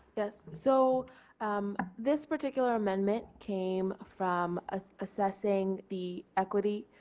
yes. so um this particular amendment came from ah assessing the equity